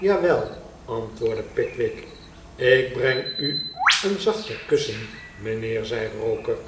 jawel antwoordde pickwick ik breng u een zachter kussen mijnheer zei roker